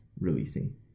releasing